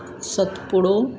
सतपुड़ो